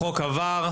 החוק עבר.